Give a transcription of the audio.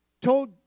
told